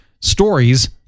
stories